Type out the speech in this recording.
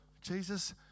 Jesus